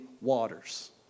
waters